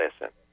listen